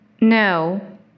No